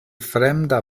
fremda